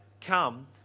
come